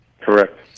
Correct